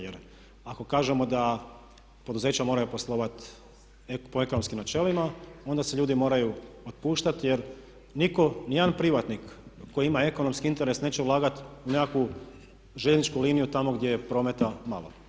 Jer ako kažemo da poduzeća moraju poslovati po ekonomskim načelima, onda se ljudi moraju otpuštati jer nitko, ni jedan privatnik koji ima ekonomski interes neće ulagati u nekakvu željezničku liniju tamo gdje je prometa malo.